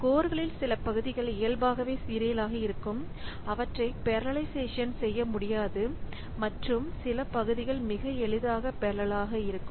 கோர்களில் சில பகுதிகள் இயல்பாகவே சீரியலாக இருக்கும் அவற்றை பேரலல்லைசேஷன் செய்ய முடியாது மற்றும் கோர்களின் சில பகுதிகள் மிக எளிதாக பெரலல் ஆக இருக்கும்